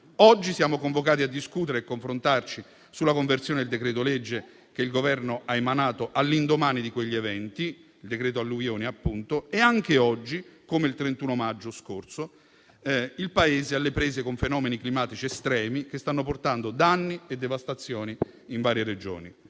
Oggi siamo convocati a discutere e confrontarci sulla conversione del decreto-legge che il Governo ha emanato all'indomani di quegli eventi, il decreto alluvione. E anche oggi, come il 31 maggio scorso, il Paese è alle prese con fenomeni climatici estremi, che stanno causando danni e devastazioni in varie Regioni.